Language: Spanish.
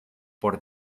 por